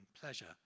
pleasure